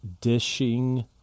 Dishing